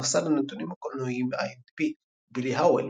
במסד הנתונים הקולנועיים IMDb בילי האוול,